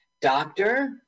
Doctor